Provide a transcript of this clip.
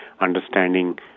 understanding